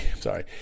sorry